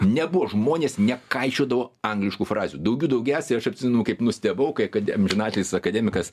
nebuvo žmonės nekaišiodavo angliškų frazių daugių daugiausia aš atsimenu kaip nustebau kai akadem amžiną atilsį akademikas